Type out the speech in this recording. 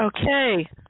Okay